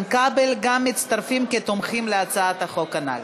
כבל גם מצטרפים כתומכים בהצעת החוק הנ"ל.